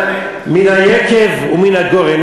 מן היקב ומן הגורן?